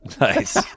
Nice